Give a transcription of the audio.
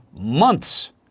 months